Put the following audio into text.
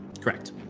Correct